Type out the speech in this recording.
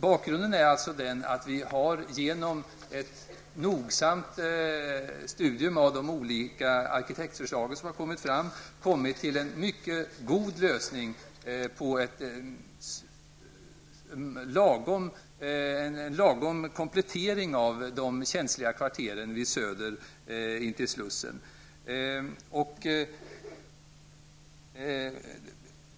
Bakgrunden är alltså den att vi efter en nogrann studie av de olika arkitektförslag som lagts fram kommit till en mycket bra lösning, en lagom komplettering av de känsliga kvarteren på Söder intill Slussen.